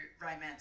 romance